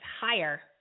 higher